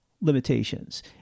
limitations